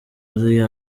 ari